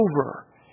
over